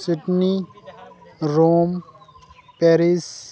Sydney Rome Paris